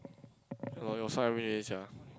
your your side how many minutes sia